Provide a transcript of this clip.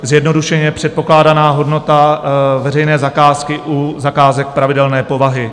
Zjednodušeně: předpokládaná hodnota veřejné zakázky u zakázek pravidelné povahy.